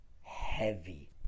heavy